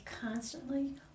constantly